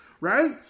Right